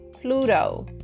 pluto